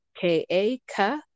k-a-k